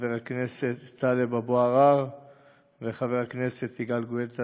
חבר הכנסת טלב אבו עראר וחבר הכנסת יגאל גואטה,